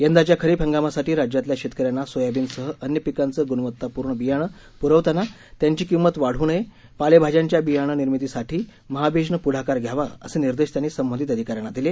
यंदाच्या खरीप हंगामासाठी राज्यातल्या शेतकऱ्यांना सोयाबीनसह अन्य पिकांचं गुणवत्तापूर्ण बियाणं पुरवताना त्यांची किंमत वाढवू नये पालेभाज्यांच्या बियाणं निर्मितीसाठी महाबीजनं पुढाकार घ्यावा असे निर्देश त्यांनी संबंधीत अधिकाऱ्यांना दिले